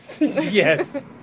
yes